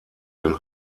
den